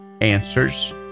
answers